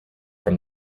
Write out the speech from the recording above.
from